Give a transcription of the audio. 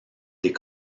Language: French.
des